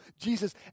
Jesus